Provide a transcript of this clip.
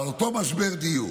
אותו משבר דיור,